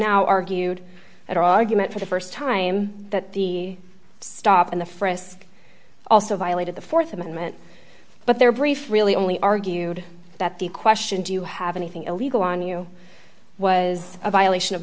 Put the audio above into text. now argued that argument for the st time that the stop in the frisk also violated the th amendment but their brief really only argued that the question do you have anything illegal on you was a violation of